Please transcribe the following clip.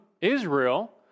Israel